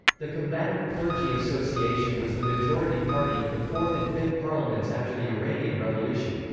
the combatant clergy association was the majority party in the fourth and fifth parliaments after the iranian revolution.